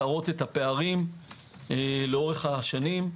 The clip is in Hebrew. נראה את הפערים לאורך השנים.